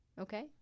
Okay